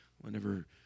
Whenever